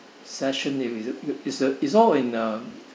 session if it's it is the is all in uh